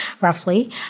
roughly